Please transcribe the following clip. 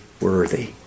worthy